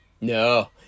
No